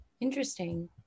Interesting